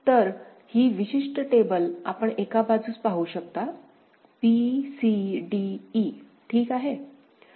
तर ही विशिष्ट टेबल आपण एका बाजूस पाहू शकता b c d e ठीक आहे